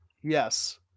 Yes